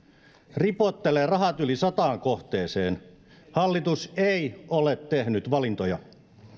ripottelee rahat yli sataan eri kohteeseen hallitus ei ole tehnyt valintoja